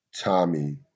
Tommy